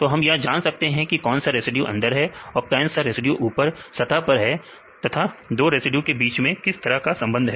तो हम यह जान सकते हैं कि कौन सा रेसिड्यू अंदर है कौन रेसिड्यू ऊपर सतह पर है तथा दो रेसिड्यू के बीच में किस तरह का संबंध है